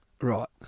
right